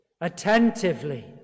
attentively